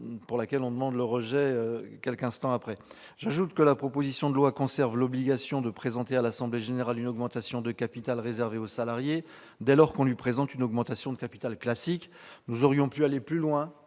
dont on demande le rejet juste après. J'ajoute que la proposition de loi conserve l'obligation de présenter à l'assemblée générale une augmentation de capital réservée aux salariés dès lors qu'on lui présente une augmentation de capital classique. Nous aurions pu aller plus loin,